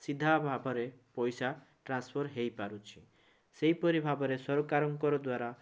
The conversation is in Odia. ସିଧା ଭାବରେ ପଇସା ଟ୍ରାନ୍ସଫର୍ ହୋଇପାରୁଛି ସେହିପରି ଭାବରେ ସରକାରଙ୍କର ଦ୍ଵାରା